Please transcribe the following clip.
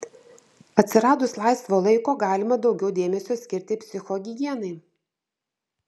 atsiradus laisvo laiko galima daugiau dėmesio skirti psichohigienai